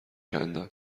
کندم